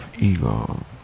ego